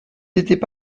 n’étaient